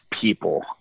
people